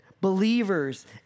Believers